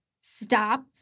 stop